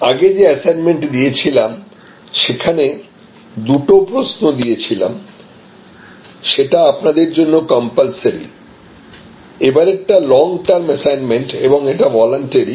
আগে যে অ্যাসাইনমেন্ট দিয়েছিলাম যেখানে দুটো প্রশ্ন দিয়েছিলাম সেটা আপনাদের জন্য কম্পালসারি এবারেরটা লং টার্ম অ্যাসাইনমেন্ট এবং এটা ভলান্টারি